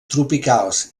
tropicals